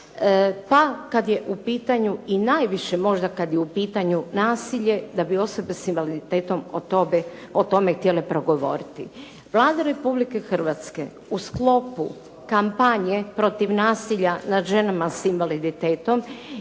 Pa kada je u pitanju i najviše kada je u pitanju nasilje da bi osobe sa invaliditetom o tome htjele progovoriti. Vlada Republike Hrvatske u sklopu kampanje protiv nasilja nad ženama sa invaliditetom